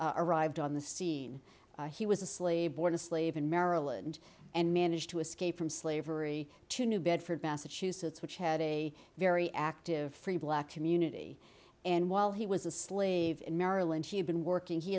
history arrived on the scene he was a slave born a slave in maryland and managed to escape from slavery to new bedford massachusetts which had a very active free black community and while he was a slave in maryland he had been working he